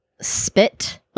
spit